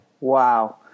Wow